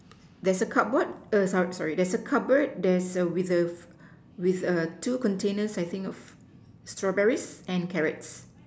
there's a cupboard err sorry sorry there's a cupboard there's a with a with a two containers I think of strawberries and carrots